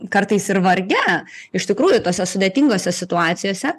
kartais ir varge iš tikrųjų tose sudėtingose situacijose